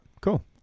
cool